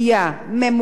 ממוקדת,